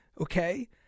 okay